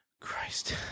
Christ